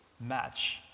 match